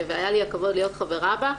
והיה לי הכבוד להיות חברה בה,